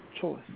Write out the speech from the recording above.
Choice